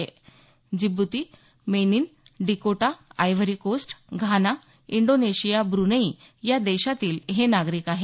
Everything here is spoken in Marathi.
द्जिबुती बेनिन डिकोटा Ivory Coast Ghana Indonesia Brunei या देशांतील हे नागरिक आहेत